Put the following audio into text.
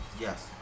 Yes